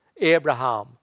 Abraham